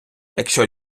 якщо